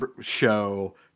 show